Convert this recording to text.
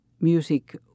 music